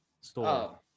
store